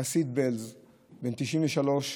חסיד בעלז בן 93,